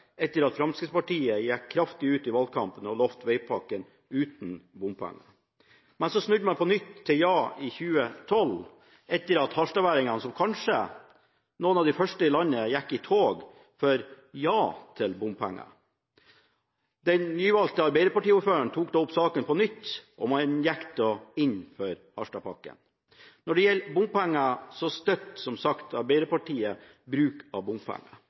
etter at Fremskrittspartiet gikk kraftig ut i valgkampen og lovte Vegpakke uten bompenger. Men så snudde man på nytt til ja i 2012 etter at harstadværingene, som kanskje noen av de første i landet, gikk i tog for ja til bompenger. Den nyvalgte arbeiderpartiordføreren tok da opp saken på nytt, og man gikk inn for Harstadpakken. Når det gjelder bompenger, støtter som sagt Arbeiderpartiet bruk av